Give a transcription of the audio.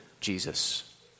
Jesus